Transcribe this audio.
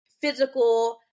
physical